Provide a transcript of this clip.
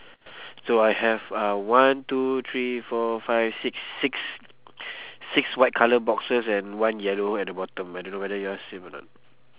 so I have uh one two three four five six six six white colour boxes and one yellow at the bottom I don't know whether yours same or not